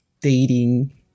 dating